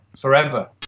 forever